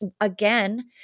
Again